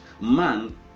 Man